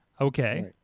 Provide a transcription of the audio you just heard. Okay